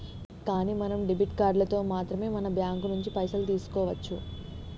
కానీ మనం డెబిట్ కార్డులతో మాత్రమే మన బ్యాంకు నుంచి పైసలు తీసుకోవచ్చు